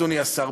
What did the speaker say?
אדוני השר,